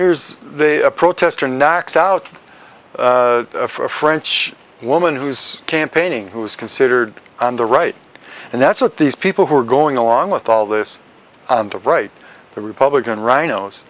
here's they a protester knocks out for a french woman who is campaigning who is considered on the right and that's what these people who are going along with all this and write the republican rhinos